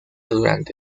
durante